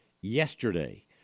yesterday